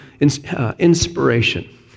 inspiration